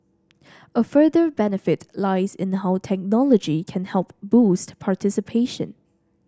a further benefit lies in how technology can help boost participation